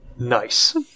Nice